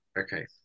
Okay